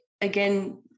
again